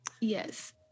Yes